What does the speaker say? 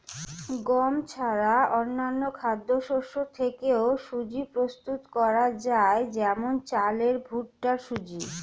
গম ছাড়া অন্যান্য খাদ্যশস্য থেকেও সুজি প্রস্তুত করা যায় যেমন চালের ভুট্টার সুজি